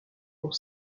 pour